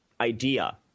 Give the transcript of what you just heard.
idea